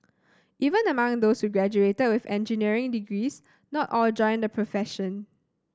even among those who graduated with engineering degrees not all joined the profession